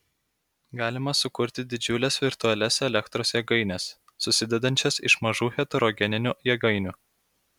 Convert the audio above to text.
galima sukurti didžiules virtualias elektros jėgaines susidedančias iš mažų heterogeninių jėgainių